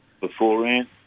beforehand